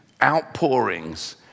outpourings